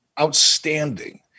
outstanding